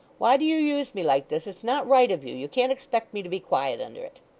why do you use me like this? it's not right of you. you can't expect me to be quiet under it